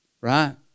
right